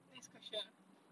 next question ah